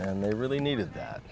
and they really needed that